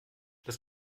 das